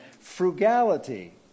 Frugality